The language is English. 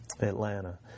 Atlanta